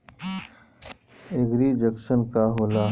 एगरी junction का होला?